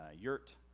yurt